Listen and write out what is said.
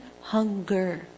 hunger